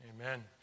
amen